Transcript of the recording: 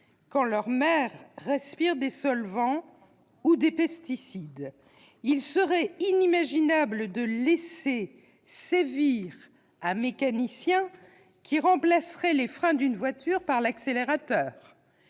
si leur mère respire des solvants ou des pesticides. Il serait inimaginable de laisser sévir un mécanicien qui remplacerait les freins d'une voiture par un accélérateur